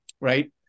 right